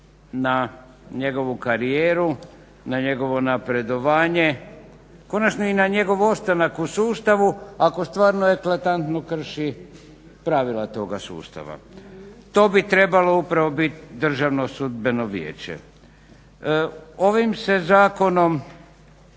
na njegovu karijeru na njegovo napredovanje, konačno i na njegov ostanak u sustavu ako stvarno eklatantno krši pravila toga sustava. To bi trebalo upravo biti Državnom sudbenom vijeće. Ovim se zakonom